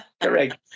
Correct